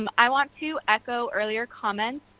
um i want to echo earlier comment,